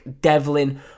Devlin